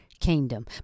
kingdom